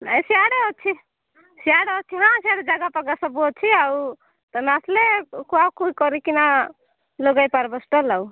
ନାଇଁ ସିଆଡ଼େ ଅଛି ସିଆଡ଼େ ଅଛି ହଁ ସିଆଡ଼େ ଜାଗା ଫାଗା ସବୁ ଅଛି ଆଉ ତୁମେ ଆସିଲେ କୁହା କୁହି କରିକିନା ଲଗେଇ ପାରିବେ ଷ୍ଟଲ୍ ଆଉ